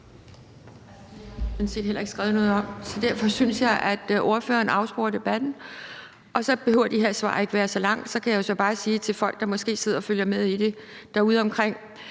derfor synes jeg, at ordføreren afsporer debatten. Og så behøver det her spørgsmål ikke at være så langt. Så kan jeg jo bare sige til folk, der måske sidder og følger med i det derudeomkring,